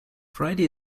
friday